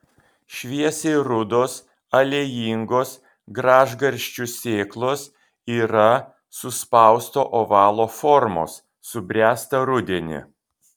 šviesiai rudos aliejingos gražgarsčių sėklos yra suspausto ovalo formos subręsta rudenį